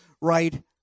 right